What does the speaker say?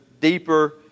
deeper